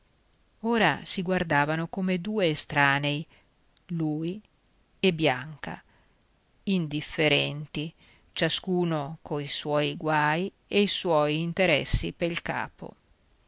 ora si guardavano come due estranei lui e bianca indifferenti ciascuno coi suoi guai e i suoi interessi pel capo